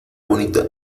bonita